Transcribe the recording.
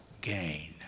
gain